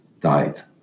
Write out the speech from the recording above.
died